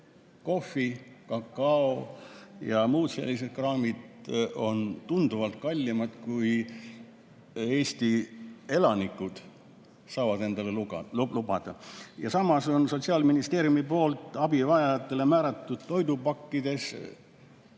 ‑kakao ja muu selline kraam on tunduvalt kallim kui see, mida Eesti elanikud saavad endale lubada. Samas Sotsiaalministeeriumi poolt abivajajatele määratud toidupakkides